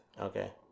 Okay